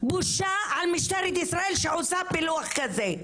בושה על משטרת ישראל שעושה פילוח כזה.